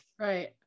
Right